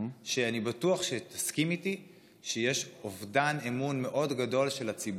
ואני בטוח שתסכים איתי שיש אובדן אמון מאוד גדול של הציבור.